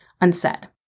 unsaid